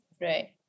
right